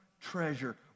treasure